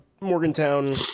Morgantown